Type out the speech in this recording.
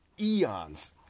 eons